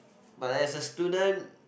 but as a student